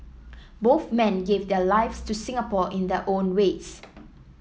both men gave their lives to Singapore in their own ways